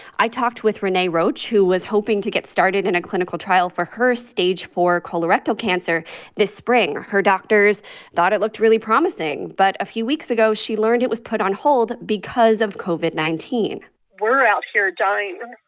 i talked with rene roach, who was hoping to get started in a clinical trial for her stage four colorectal cancer this spring. her doctors thought it looked really promising, but a few weeks ago, she learned it was put on hold because of covid nineteen point we're out here dying,